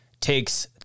takes